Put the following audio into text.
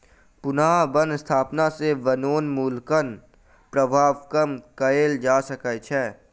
पुनः बन स्थापना सॅ वनोन्मूलनक प्रभाव कम कएल जा सकै छै